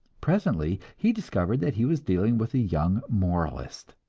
presently he discovered that he was dealing with a young moralist,